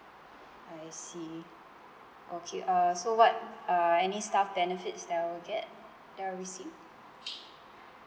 I see okay uh so what uh any staff benefits that I will get that I will receive